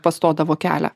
pastodavo kelią